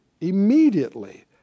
immediately